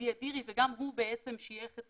אודי אדירי, וגם הוא שייך את